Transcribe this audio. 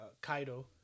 Kaido